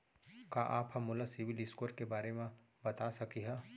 का आप हा मोला सिविल स्कोर के बारे मा बता सकिहा?